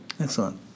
Excellent